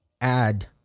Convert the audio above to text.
add